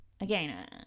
again